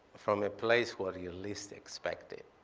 from a place where you least expect it,